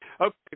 Okay